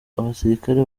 abasirikare